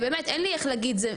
באמת, אין לי איך להגיד את זה.